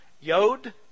Yod